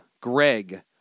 Greg